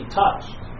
touched